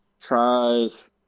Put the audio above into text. tries